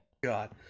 god